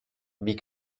wie